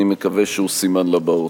אני מקווה שהוא סימן לבאות.